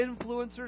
influencers